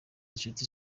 nshuti